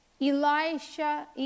Elisha